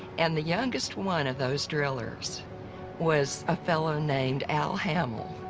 and the youngest one of those drillers was a fellow named al hammill.